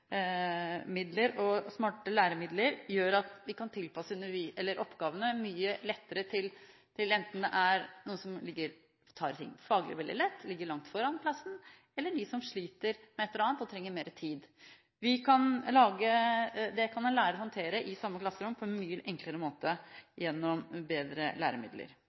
alle. Smarte hjelpemidler og smarte læremidler gjør at vi kan tilpasse oppgavene mye lettere enten til dem som tar ting faglig veldig lett, ligger langt foran klassen, eller til dem som sliter med et eller annet, og trenger mer tid. Det kan man lære å håndtere i samme klasserom på en mye enklere måte gjennom bedre læremidler